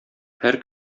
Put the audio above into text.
һәр